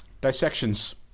dissections